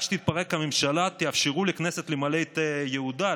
עד שתתפרק הממשלה תאפשרו לכנסת למלא את יעודה,